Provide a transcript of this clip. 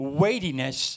weightiness